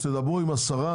תדברו עם השרה,